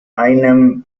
einem